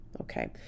Okay